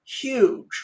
huge